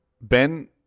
Ben